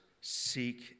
seek